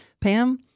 Pam